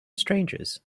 strangers